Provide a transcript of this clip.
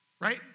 Right